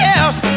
else